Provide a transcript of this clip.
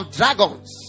dragons